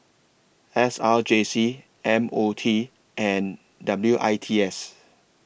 S R J C M O T and W I T S